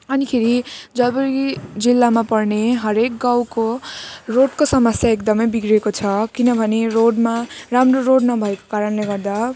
अनि खेरि जब र कि जिल्लामा पर्ने हरेक गाउँको रोडको समस्या एकदमै बिग्रिएको छ किनभने रोडमा राम्रो रोड नभएको कारणले गर्दा